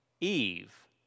Eve